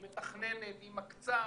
היא מתכננת, היא מקצה.